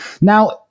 Now